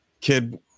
kid